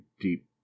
deep